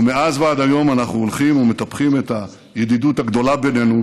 ומאז ועד היום אנחנו הולכים ומטפחים את הידידות הגדולה בינינו,